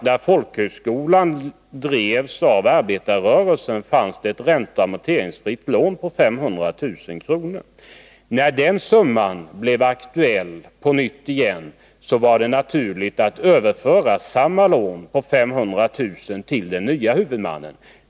När folkhögskolan drevs av arbetarrörelsen fanns det ett ränteoch amorteringsfritt lån på 500 000 kr. När den summan blev aktuell på nytt var det naturligt att överföra samma lån på 500 000 kr. till den nya huvudmannen.